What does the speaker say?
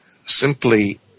simply